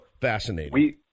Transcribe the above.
fascinating